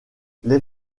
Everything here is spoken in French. les